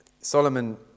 Solomon